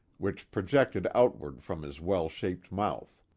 which projected outward from his well shaped mouth.